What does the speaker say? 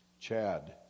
Chad